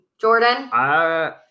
Jordan